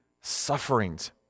sufferings